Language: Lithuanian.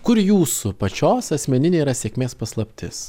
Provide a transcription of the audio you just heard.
kur jūsų pačios asmeninė yra sėkmės paslaptis